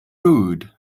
rude